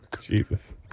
Jesus